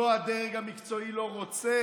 לא, הדרג המקצועי לא רוצה,